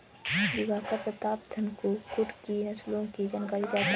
दिवाकर प्रतापधन कुक्कुट की नस्लों की जानकारी चाहता है